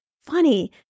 funny